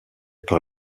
par